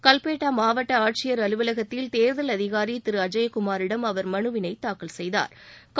கல்பேட்டா மாவட்ட ஆட்சியர் அலுவலகத்தில் தேர்தல் அதிகாரி திரு அஜயகுமாரிடம் அவர் மனுவினை தாக்கல் செய்தாா்